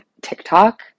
TikTok